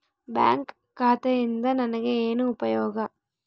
Bank ಖಾತೆಯಿಂದ ನನಗೆ ಏನು ಉಪಯೋಗ?